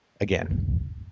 again